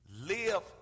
live